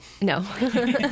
No